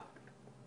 ל-13:00.